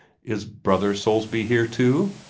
is brother soulsby here, too?